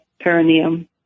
perineum